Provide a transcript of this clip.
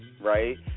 right